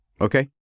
Okay